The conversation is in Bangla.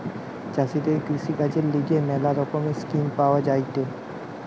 চাষীদের কৃষিকাজের লিগে ম্যালা রকমের স্কিম পাওয়া যায়েটে